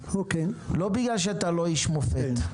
לא בגלל שאתה לא איש מופת,